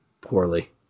poorly